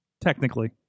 Technically